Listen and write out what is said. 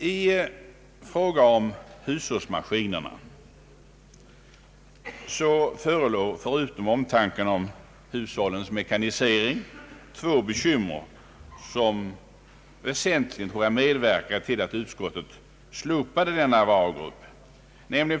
I fråga om hushållsmaskinerna förelåg förutom omtanken om hushållens mekanisering två bekymmer som väsentligt medverkade till att utskottet slopade denna varugrupp.